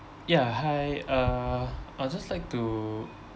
ya hi uh I'll just like to